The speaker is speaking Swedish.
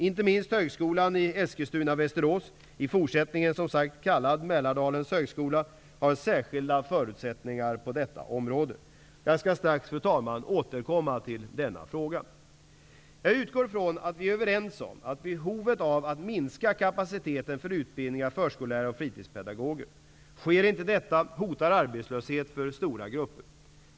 Inte minst Högskolan i Eskilstuna/Västerås, i fortsättningen kallad Mälardalens högskola, har särskilda förutsättningar på detta område. Jag återkommer strax till denna fråga. Jag utgår ifrån att vi är överens om behovet av att minska kapaciteten för utbildning av förskollärare och fritidspedagoger. Sker inte detta, hotar arbetslöshet för stora grupper.